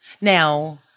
Now-